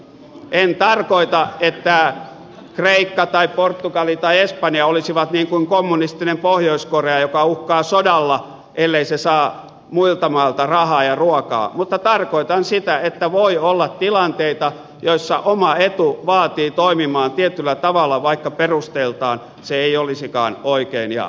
en tarkoita että kreikka tai portugali tai espanja olisivat niin kuin kommunistinen pohjois korea joka uhkaa sodalla ellei se saa muilta mailta rahaa ja ruokaa mutta tarkoitan sitä että voi olla tilanteita joissa oma etu vaatii toimimaan tietyllä tavalla vaikka perusteiltaan se ei olisikaan oikein ja oikeudenmukaista